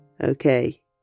Okay